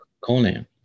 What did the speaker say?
Conan